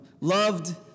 Loved